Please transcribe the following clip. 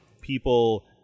people